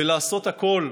ולעשות הכול,